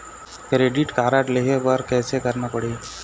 Credit card लेहे बर कैसे करना पड़ही?